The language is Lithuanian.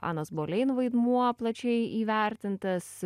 anos bolein vaidmuo plačiai įvertintas